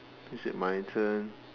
is it my turn